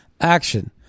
action